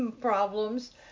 problems